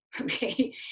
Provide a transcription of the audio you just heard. okay